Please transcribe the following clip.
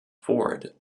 ford